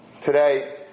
today